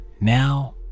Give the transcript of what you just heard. Now